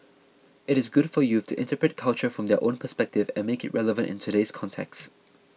it is good for youth to interpret culture from their own perspective and make it relevant in today's context